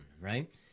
Right